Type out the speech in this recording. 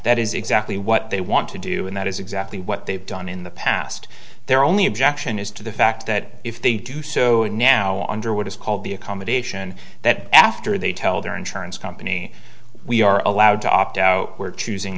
that is exactly what they want to do and that is exactly what they've done in the past their only objection is to the fact that if they do so and now under what is called the accommodation that after they tell their insurance company we are allowed to opt out we're choosing